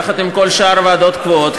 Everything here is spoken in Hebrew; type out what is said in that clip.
יחד עם כל שאר הוועדות הקבועות,